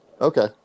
Okay